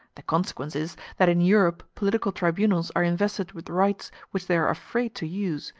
the consequence is that in europe political tribunals are invested with rights which they are afraid to use,